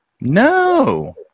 No